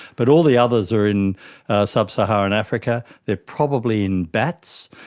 but all the others are in sub-saharan africa, they are probably in bats,